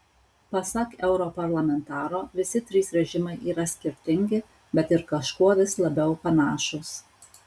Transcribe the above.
pasak europarlamentaro visi trys režimai yra skirtingi bet ir kažkuo vis labiau panašūs